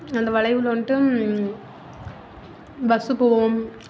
அந்த வளைவில் வந்துட்டு பஸ்ஸு போகும்